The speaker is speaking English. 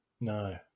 No